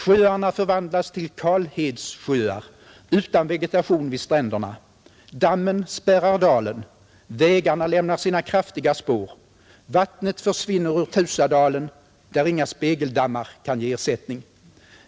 Sjöarna förvandlas till kalhedssjöar utan vegetation vid stränderna, dammen spärrar dalen, vägarna lämnar sina kraftiga spår, vattnet försvinner ur Teusadalen där inga spegeldammar kan ge ersättning.